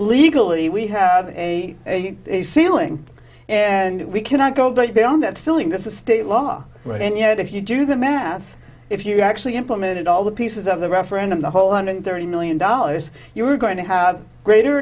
legally we have a ceiling and we cannot go but beyond that silly this is state law and yet if you do the math if you actually implemented all the pieces of the referendum the whole hundred thirty million dollars you're going to have greater